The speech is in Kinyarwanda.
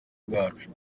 bwacu